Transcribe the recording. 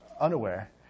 unaware